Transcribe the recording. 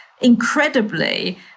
incredibly